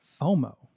FOMO